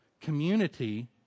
community